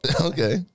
Okay